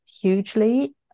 hugely